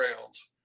rounds